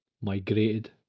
migrated